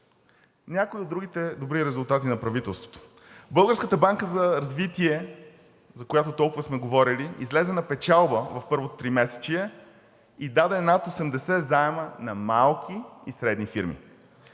Някои от другите добри резултати на правителството: Българската банка за развитие, за която толкова сме говорили, излезе на печалба в първото тримесечие и даде над 80 заема на малки и средни фирми.